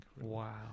Wow